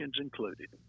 included